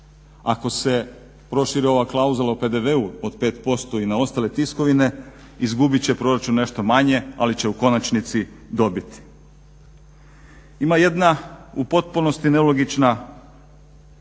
Ako se proširi ova klauzula o PDV-u od 5% i na ostale tiskovine izgubit će proračun nešto manje, ali će u konačnici dobiti. Ima jedna u potpunosti nelogična definicija